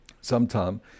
sometime